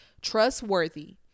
trustworthy